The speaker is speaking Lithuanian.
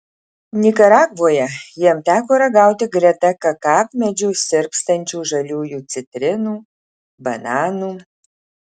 nikaragvoje jam teko ragauti greta kakavmedžių sirpstančių žaliųjų citrinų bananų